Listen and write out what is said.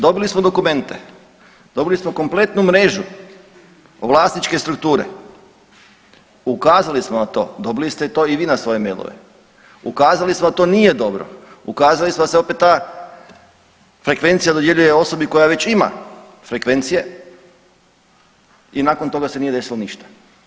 Dobili smo dokumente, dobili smo kompletnu mrežu vlasničke strukture, ukazali smo na to, dobili ste to i vi na svoje mailove, ukazali smo da to nije dobro, ukazali smo da se opet ta frekvencija dodjeljuje osobi koja već ima frekvencije i nakon toga se nije desilo ništa.